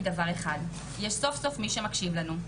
דבר אחד: יש סוף סוף מי שמקשיב לנו.